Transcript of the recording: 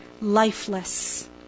lifeless